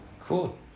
Cool